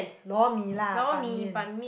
lor-mee lah ban-mian